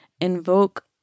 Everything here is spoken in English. invoke